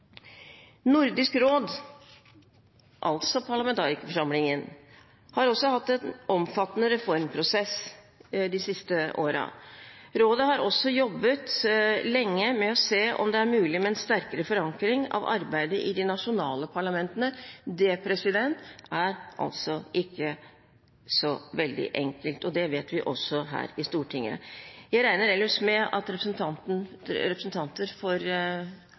Nordisk råd – altså parlamentarikerforsamlingen – har også hatt en omfattende reformprosess de siste årene. Rådet har også jobbet lenge med å se på om det er mulig med sterkere forankring av arbeidet i de nasjonale parlamentene. Det er ikke så veldig enkelt, og det vet vi også her i Stortinget. Jeg regner ellers med at representanter